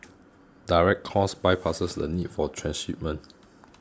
direct calls bypasses the need for transshipment